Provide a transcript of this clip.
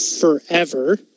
forever